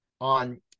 on